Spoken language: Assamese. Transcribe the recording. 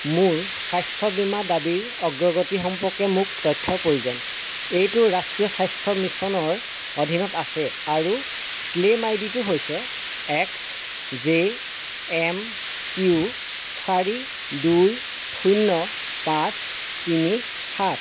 মোৰ স্বাস্থ্য বীমা দাবীৰ অগ্ৰগতি সম্পৰ্কে মোক তথ্যৰ প্ৰয়োজন এইটো ৰাষ্ট্ৰীয় স্বাস্থ্য মিছনৰ অধীনত আছে আৰু ক্লেইম আই ডি টো হৈছে এক্স জে এম কিউ চাৰি দুই শূন্য পাঁচ তিনি সাত